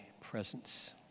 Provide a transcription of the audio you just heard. presence